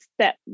step